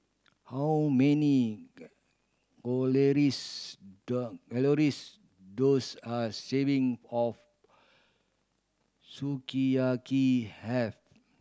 how many does a serving of Sukiyaki have